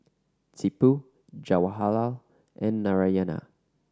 Tipu Jawaharlal and Narayana